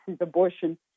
abortion